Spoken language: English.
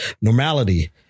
normality